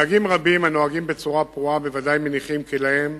נהגים רבים הנוהגים בצורה פרועה בוודאי מניחים כי להם